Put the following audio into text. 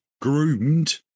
groomed